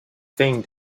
thing